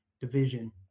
division